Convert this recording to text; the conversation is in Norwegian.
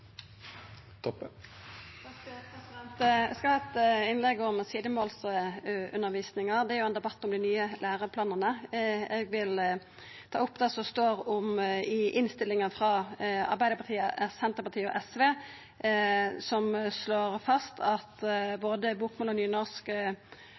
Eg skal halda eit innlegg om sidemålsundervisninga. Det er jo ein debatt om dei nye læreplanane. Eg vil ta opp det som står i innstillinga frå Arbeidarpartiet, Senterpartiet og SV, som slår fast at